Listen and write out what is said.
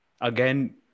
Again